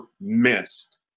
missed